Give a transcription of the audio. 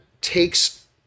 takes